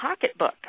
Pocketbook